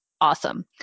Awesome